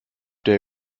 der